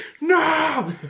no